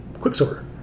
Quicksilver